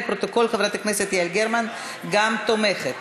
לפרוטוקול, חברת הכנסת יעל גרמן גם תומכת.